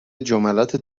جملات